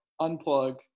unplug